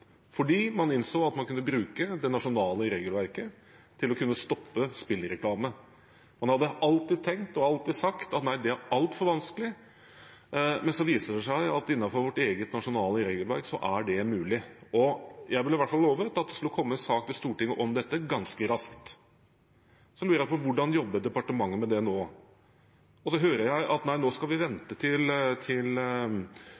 fordi man innså at man kunne bruke det nasjonale regelverket til å stoppe spillreklame. Man hadde alltid tenkt og alltid sagt: Nei, det er altfor vanskelig. Men så viser det seg at det innenfor vårt eget nasjonale regelverk er mulig. Jeg ble i hvert fall lovet at det skulle komme en sak til Stortinget om dette ganske raskt. Så lurer jeg på: Hvordan jobber departementet med det nå? Jeg hører nå at vi skal vente til EU er ferdig med sitt arbeid. Men vi